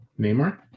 Neymar